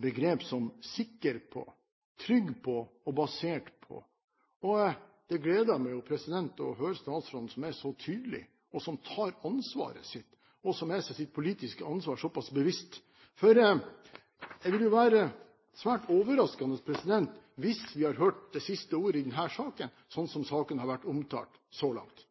begrep som «sikker på», «trygg på» og «basert på». Det gleder meg jo å høre statsråden, som er så tydelig, som tar ansvar, og som er seg sitt politiske ansvar såpass bevisst – for det vil være svært overraskende hvis vi har hørt det siste ordet i denne saken, slik den har vært omtalt så langt.